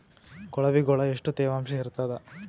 ಕೊಳವಿಗೊಳ ಎಷ್ಟು ತೇವಾಂಶ ಇರ್ತಾದ?